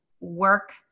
work